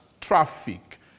traffic